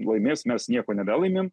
laimės mes nieko nebelaimim